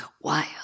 wild